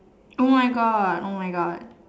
oh my God oh my God